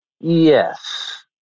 Yes